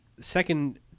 second